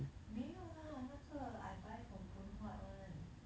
没有 lah 那个 I buy from Phoon Huat [one]